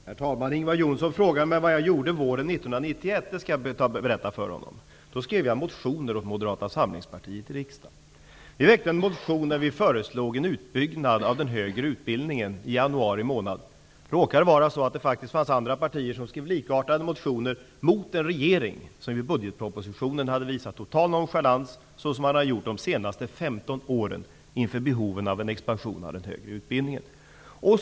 Herr talman! Ingvar Johnsson frågade vad jag gjorde våren 1991. Det skall jag berätta för honom. Då skrev jag motioner åt Moderata samlingspartiet i riksdagen. Vi väckte en motion i januari månad där vi föreslog en utbyggnad av den högre utbildningen. Det råkade vara så att andra partier skrev likartade motioner, mot en regering som i budgetpropositionen hade visat total nonchalans -- såsom man hade gjort de senaste 15 åren -- inför behovet av en expansion av den högre utbildningen.